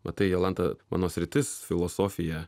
matai jolanta mano sritis filosofija